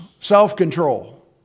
self-control